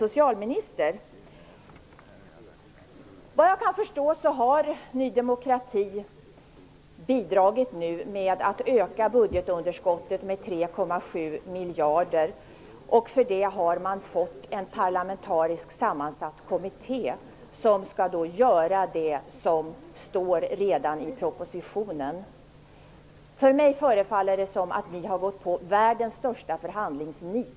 Såvitt jag kan förstå har Ny demokrati bidragit till att öka budgetunderskottet med 3,7 miljarder. För det har man fått en parlamentariskt sammansatt kommitté, som skall utreda det som redan står att läsa i propositionen. För mig förefaller det som att vi har gått på världens största förhandlingsnit.